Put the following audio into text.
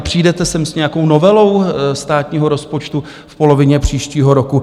Přijdete sem s nějakou novelou státního rozpočtu v polovině příštího roku?